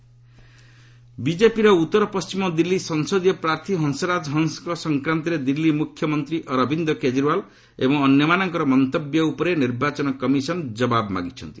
EC notice Kejriwal ବିଜେପିର ଉତ୍ତର ପଣ୍ଟିମ ଦିଲ୍ଲୀ ସଂସଦୀୟ ପ୍ରାର୍ଥୀ ହଂସରାଜ ହଂସଙ୍କ ସଂକ୍ରାନ୍ତରେ ଦିଲ୍ଲୀ ମୁଖ୍ୟମନ୍ତ୍ରୀ ଅରବିନ୍ଦ କେଜରିଓ୍ବାଲ୍ ଏବଂ ଅନ୍ୟମାନଙ୍କର ମନ୍ତବ୍ୟ ଉପରେ ନିର୍ବାଚନ କମିଶନ୍ ଜବାବ୍ ମାଗିଛନ୍ତି